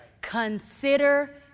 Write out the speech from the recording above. Consider